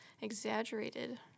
Exaggerated